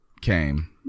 came